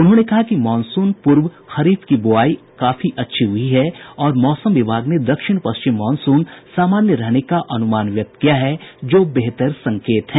उन्होंने कहा कि मॉनसून पूर्व खरीफ की बुआई काफी अच्छी हुई है और मौसम विभाग ने दक्षिण पश्चिम मॉनसून सामान्य रहने का अनुमान व्यक्त किया है जो बेहतर संकेत है